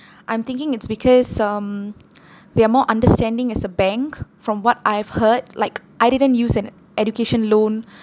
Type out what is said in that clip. I'm thinking it's because um they are more understanding as a bank from what I've heard like I didn't use an education loan